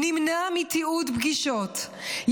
נמנע מתיעוד פגישות,